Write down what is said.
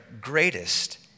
greatest